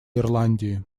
ирландии